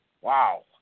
Wow